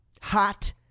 hot